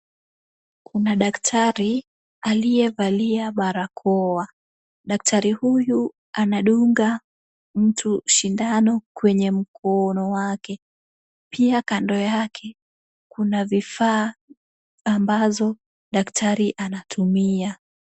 Kuna daktari aliyevalia barakoa. Daktari huyu anadunga mtu sindano kwenye mkono wake. Pia kando yake kuna vifaa ambazo daktari anatumia.